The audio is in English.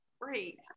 great